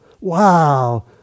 Wow